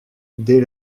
dès